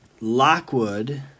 Lockwood